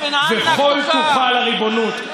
וחול תוחל הריבונות.